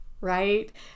right